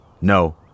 no